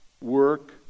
work